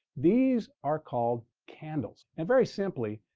these are called candles. and very simply,